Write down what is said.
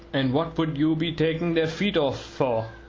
and what would you be taking their feet off for?